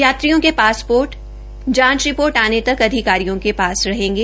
यात्रियों के पासपोर्ट जांच रिपोर्ट आने तक अधिकारियों के पास रहेंगे